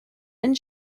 and